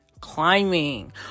climbing